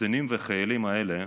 קצינים וחיילים אלה,